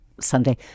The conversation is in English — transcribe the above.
Sunday